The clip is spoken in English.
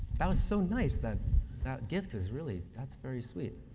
that was so nice, that that gift was really that's very sweet.